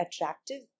attractive